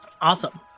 awesome